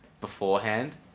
beforehand